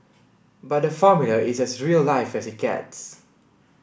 but the Formula is as real life as it gets